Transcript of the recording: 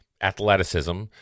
athleticism